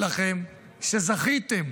לכם שזכיתם